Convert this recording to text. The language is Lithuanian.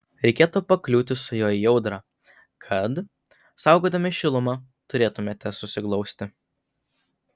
reikėtų pakliūti su juo į audrą kad saugodami šilumą turėtumėte susiglausti